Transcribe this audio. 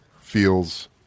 feels